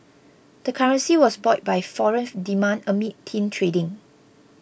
the currency was buoyed by foreign demand amid thin trading